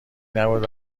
نبود